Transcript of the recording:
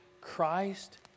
Christ